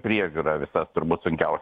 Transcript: priežiūra visa turbūt sunkiau